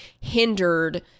hindered